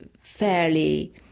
fairly